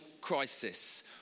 crisis